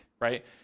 right